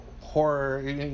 horror